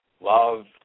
love